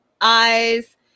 eyes